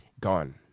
gone